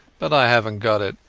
but i havenat got it.